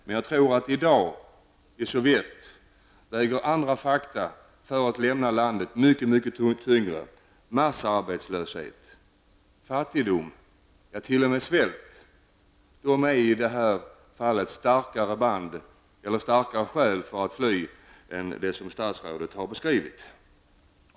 Men jag tror att andra fakta i dag väger tyngre för människorna i Sovjetunionen för att lämna landet, massarbetslöshet, fattigdom och t.o.m. svält. Det är i det här fallet starkare skäl för att fly än det som statsrådet har beskrivit.